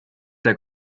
der